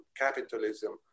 capitalism